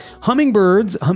Hummingbirds